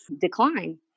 decline